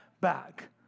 back